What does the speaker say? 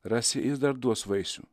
rasi jis dar duos vaisių